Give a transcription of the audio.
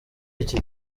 iki